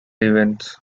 events